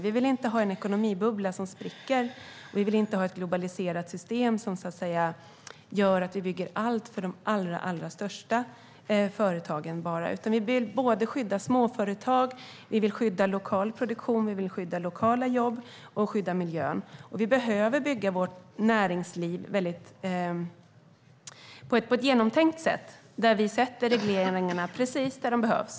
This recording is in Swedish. Vi vill inte ha en ekonomibubbla som spricker. Vi vill inte ha ett globaliserat system som gör att vi bygger allt bara för de allra största företagen. Vi vill skydda småföretag, lokal produktion, lokala jobb och miljön. Vi behöver bygga vårt näringsliv på ett genomtänkt sätt där vi sätter regleringarna precis där de behövs.